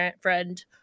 friend